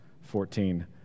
fourteen